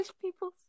people